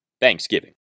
Thanksgiving